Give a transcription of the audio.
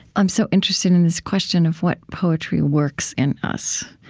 i'm so interested in this question of what poetry works in us.